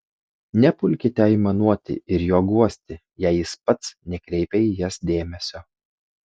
nepulkite aimanuoti ir jo guosti jei jis pats nekreipia į jas dėmesio